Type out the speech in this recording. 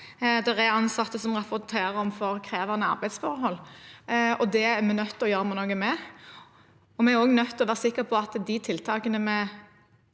Det er ansatte som rapporterer om for krevende arbeidsforhold, og det er vi nødt til å gjøre noe med. Vi er også nødt til å være sikre på at de tiltakene vi